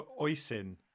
Oisin